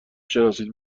شناسید